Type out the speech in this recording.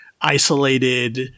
isolated